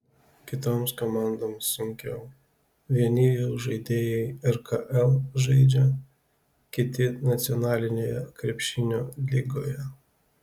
kitoms komandoms sunkiau vieni jų žaidėjai rkl žaidžia kiti nacionalinėje krepšinio lygoje